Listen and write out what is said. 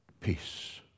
Peace